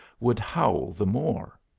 would howl the more.